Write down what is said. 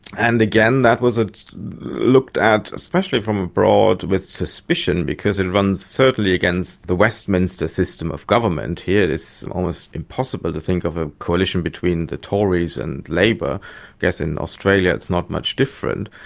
and again, that was ah looked at, especially from abroad, with suspicion because it runs certainly against the westminster system of government. here it is almost impossible to think of a coalition between the tories and labour. i guess in australia it's not much different.